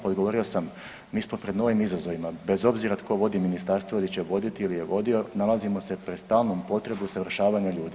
Pa odgovorio sam, mi smo pred novim izazovima bez obzira tko vodi ministarstvo ili će voditi ili je vodio nalazimo se pred stalnom potrebom usavršavanja ljudi.